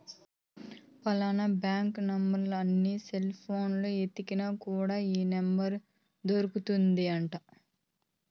ఫలానా bank number అని cell పోనులో ఎతికిన కూడా ఈ నెంబర్ దొరుకుతాది అంట